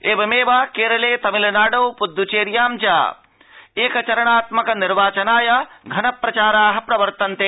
एवमेव केरले तमिलनार्थी पुद्दुचेयां च एक चरणात्मक निर्वाचनाय घन प्रचाराः प्रवर्तन्ते